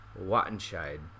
Wattenscheid